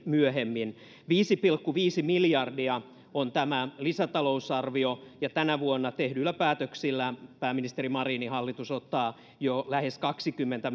myöhemmin viisi pilkku viisi miljardia on tämä lisätalousarvio ja tänä vuonna tehdyillä päätöksillä pääministeri marinin hallitus ottaa jo lähes kaksikymmentä